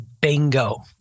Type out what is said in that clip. bingo